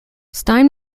stein